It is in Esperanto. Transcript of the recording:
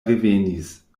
revenis